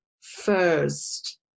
first